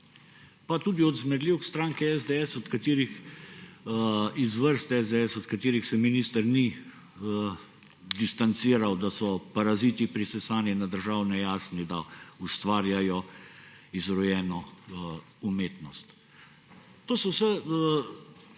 Pa tudi zmerljivke iz vrst SDS, od katerih se minister ni distanciral, da so paraziti, prisesani na državne jasli, da ustvarjajo izrojeno umetnost. To vse so